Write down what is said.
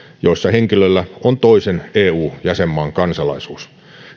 joissa henkilöllä on toisen eu jäsenmaan kansalaisuus